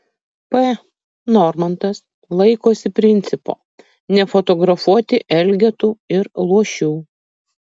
p normantas laikosi principo nefotografuoti elgetų ir luošių